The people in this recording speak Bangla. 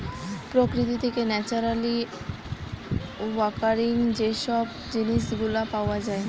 প্রকৃতি থেকে ন্যাচারালি অকারিং যে সব জিনিস গুলা পাওয়া যায়